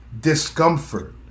discomfort